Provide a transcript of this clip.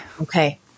Okay